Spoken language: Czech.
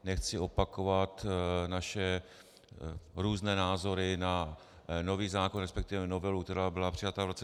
Nechci opakovat naše různé názory na nový zákon, resp. na novelu, která byla přijata v roce 2015.